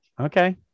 okay